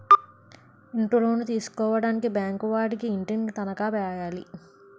ఇంటిలోను తీసుకోవడానికి బ్యాంకు వాడికి ఇంటిని తనఖా రాయాలి